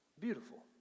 beautiful